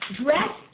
dress